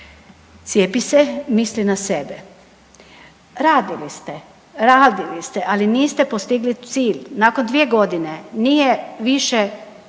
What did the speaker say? „Cijepi se, misli na sebe“, radili ste, radili ste, ali niste postigli cilj. Nakon dvije godine nije više